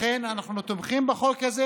לכן אנחנו תומכים בחוק הזה